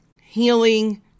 Healing